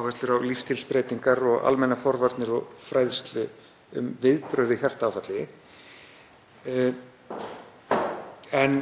áherslur á lífsstílsbreytingar, almennar forvarnir og fræðsla um viðbragð við hjartaáfalli en